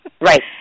Right